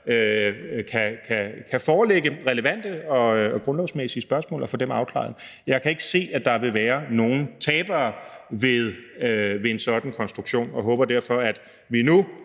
kan forelægge relevante og grundlovsmæssige spørgsmål og få dem afklaret. Jeg kan ikke se, at der vil være nogen tabere ved en sådan konstruktion, og håber derfor, at vi nu